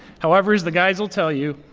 however, as the guys will tell you,